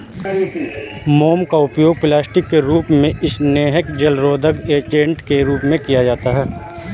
मोम का उपयोग प्लास्टिक के रूप में, स्नेहक, जलरोधक एजेंट के रूप में किया जाता है